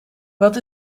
wat